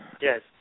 yes